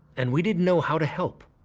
and we didn't know how to help.